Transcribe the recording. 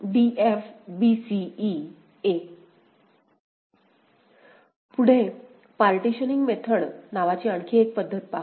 P पुढे partitioning method नावाची आणखी एक पध्दत पाहू